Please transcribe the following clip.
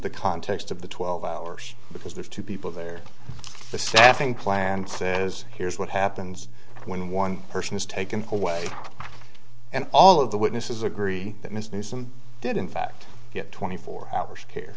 the context of the twelve hours because there are two people there the staffing plan says here's what happens when one person is taken away and all of the witnesses agree that ms newsom did in fact get twenty four hours care